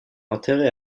enterré